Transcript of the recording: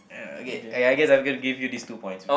uh okay I I guess I'm gonna give you these two points